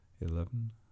Eleven